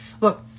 Look